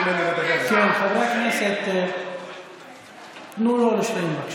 חברי הכנסת, תנו לו להשלים, בבקשה.